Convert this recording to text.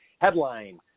Headline